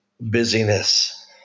busyness